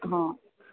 હં